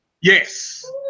Yes